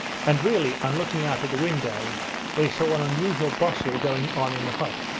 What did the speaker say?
and really, on looking out of the window they saw an unusual bustle going on in the hut.